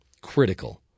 critical